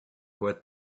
what